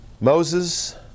Moses